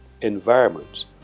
environments